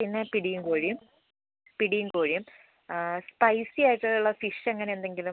പിന്നെ പിടിയും കോഴിയും പിടിയും കോഴിയും സ്പൈസി ആയിട്ടുള്ള ഫിഷ് അങ്ങനെന്തെങ്കിലും